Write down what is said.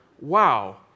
Wow